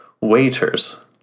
waiters